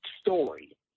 story